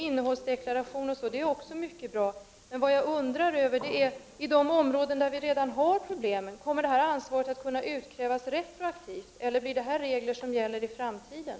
Innehållsdeklaration är också mycket bra, men jag undrar om ansvaret kommer att kunna utkrä vas retroaktivt i de områden där det redan finns problem, eller kommer reg lerna att gälla enbart i framtiden?